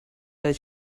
does